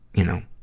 you know,